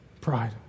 pride